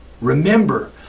Remember